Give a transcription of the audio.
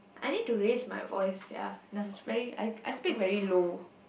I need to raise my voice sia is very I I speak very low